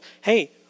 hey